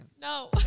No